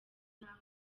nk’aho